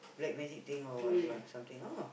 black magic thing or whatever something oh